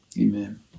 Amen